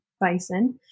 bison